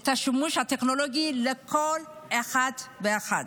את השימוש הטכנולוגי, לכל אחד ואחד.